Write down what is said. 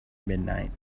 midnight